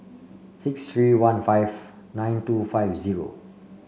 six three one five nine two five zero